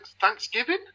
Thanksgiving